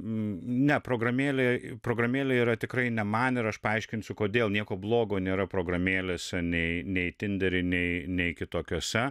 ne programėlėj programėlė yra tikrai ne man ir aš paaiškinsiu kodėl nieko blogo nėra programėlėse nei nei tindery nei kitokiuose